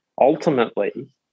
ultimately